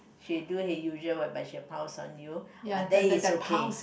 she do her usual but she will pounce on you uh that is okay